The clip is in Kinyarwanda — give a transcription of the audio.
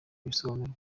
ibisobanuro